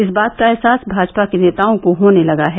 इस बात का एहसास भाजपा के नेताओं को होने लगा है